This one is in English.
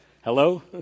Hello